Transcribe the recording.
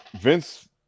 Vince